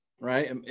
Right